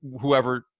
whoever